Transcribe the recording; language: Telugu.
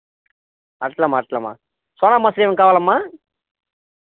అట్లమ అట్లమ సోనా మసూరి ఏమన్నా కావాలా అమ్మా